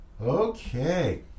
Okay